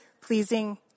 pleasing